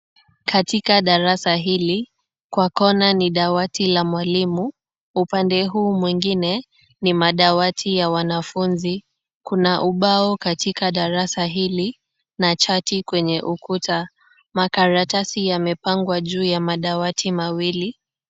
Katika darasa hili, kwa corner ni dawati la mwalimu. Upande huu mwingine ni madawati ya wanafunzi. Kuna ubao katika darasa hili na chati kwenye ukuta. Makaratasi yamepangwa juu ya madawati mawili.